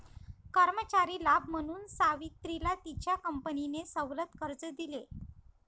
कर्मचारी लाभ म्हणून सावित्रीला तिच्या कंपनीने सवलत कर्ज दिले